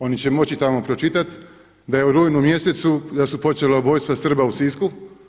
Oni će moći tamo pročitati da je u rujnu mjesecu, da su počela ubojstva Srba u Sisku.